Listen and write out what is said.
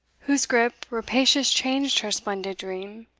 whose gripe rapacious changed her splendid dream,